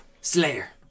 slayer